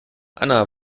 anna